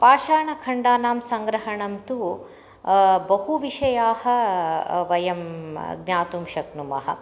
पाषाणखण्डानां सङ्ग्रहणं तु बहु विषयाः वयं ज्ञातुं शक्नुमः